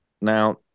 Now